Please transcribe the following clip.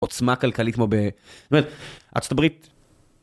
עוצמה כלכלית כמו בארצות הברית.